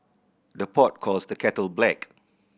the pot calls the kettle black